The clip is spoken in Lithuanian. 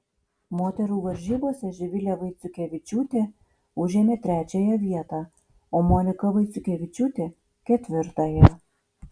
moterų varžybose živilė vaiciukevičiūtė užėmė trečiąją vietą o monika vaiciukevičiūtė ketvirtąją